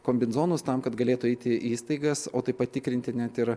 kombinzonus tam kad galėtų eiti į įstaigas o tai patikrinti net ir